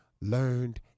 learned